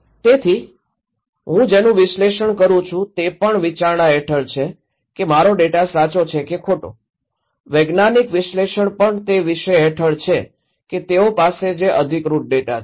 તેથી હું જેનું વિશ્લેષણ કરું છું તે પણ વિચારણા હેઠળ છે કે મારો ડેટા સાચો છે કે ખોટો વૈજ્ઞાનિક વિશ્લેષણ પણ તે વિષય હેઠળ છે કે તેઓ પાસે જે અધિકૃત ડેટા છે